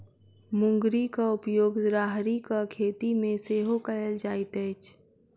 मुंगरीक उपयोग राहरिक खेती मे सेहो कयल जाइत अछि